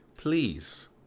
Please